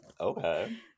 Okay